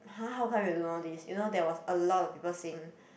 !huh! how come you don't know this you know there was a lot of people saying